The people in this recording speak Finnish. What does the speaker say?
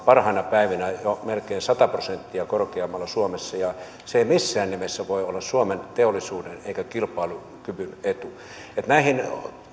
parhaina päivinä jo melkein sata prosenttia korkeammalla suomessa ja se ei missään nimessä voi olla suomen teollisuuden eikä kilpailukyvyn etu näihin